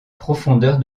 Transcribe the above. profondeur